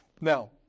Now